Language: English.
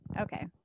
okay